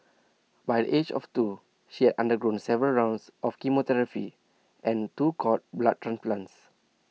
by the age of two she undergone several rounds of chemotherapy and two cord blood transplants